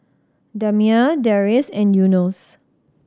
Damia Deris and Yunos